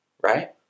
Right